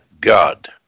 God